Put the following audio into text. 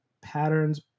patterns